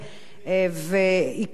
ועקבי, מגן על זכויות עובדים.